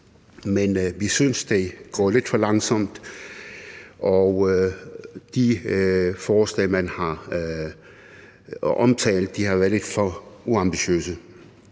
men vi synes, det går lidt for langsomt, og de forslag, man har omtalt, har været lidt for uambitiøse.